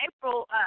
April